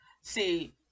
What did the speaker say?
see